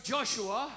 Joshua